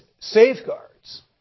safeguards